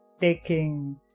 taking